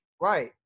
Right